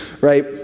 right